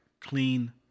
clean